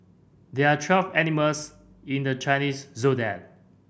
there are twelve animals in the Chinese Zodiac